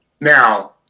now